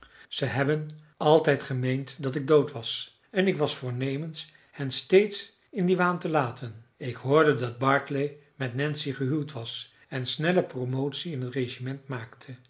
zij hebben altijd gemeend dat ik dood was en ik was voornemens hen steeds in dien waan te laten ik hoorde dat barclay met nancy gehuwd was en snelle promotie in het regiment maakte